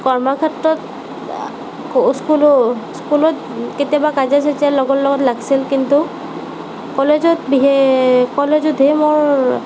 কৰ্ম ক্ষেত্ৰত স্কুলো স্কুলত কেতিয়াবা কজিয়া চাজিয়া লগৰ লগত লাগিছিল কিন্তু কলেজত বিশেষ কলেজতহে মোৰ